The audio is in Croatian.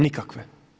Nikakve.